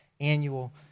annual